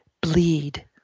bleed